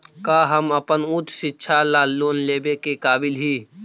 का हम अपन उच्च शिक्षा ला लोन लेवे के काबिल ही?